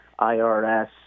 IRS